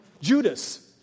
Judas